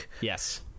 Yes